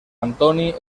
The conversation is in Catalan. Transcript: antoni